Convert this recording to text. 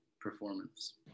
performance